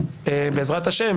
בעזרת ה',